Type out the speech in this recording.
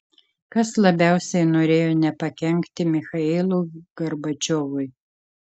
kas labiausiai norėjo nepakenkti michailui gorbačiovui